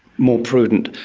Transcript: more prudent.